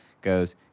goes